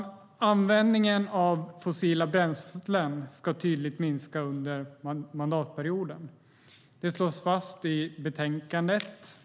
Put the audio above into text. Användningen av fossila bränslen ska minska tydligt under mandatperioden. Det slås fast i betänkandet.